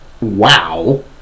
wow